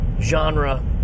genre